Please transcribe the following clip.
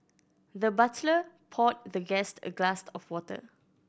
the butler poured the guest a glass of water